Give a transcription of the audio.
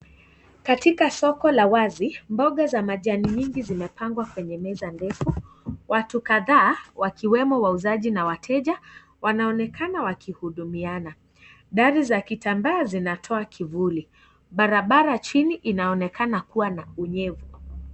Katika soko la wazi, mboga za majani mingi zimepangwa kwenye meza ndefu, watu kadhaa, wakiwemo wauzaji na wateja wanaonekana wakihudumiana, dari za kitambaa zinatoa kivuli, barabara chini inaonekana kuwa na unyevu.